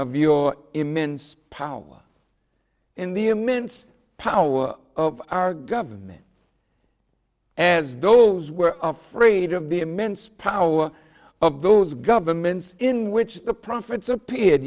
of your immense power in the immense power of our government as those were afraid of the immense power of those governments in which the profits appeared